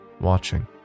watching